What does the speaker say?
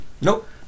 Nope